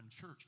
church